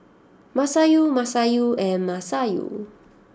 Masayu Masayu and Masayu